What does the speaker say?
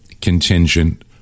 contingent